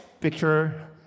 Picture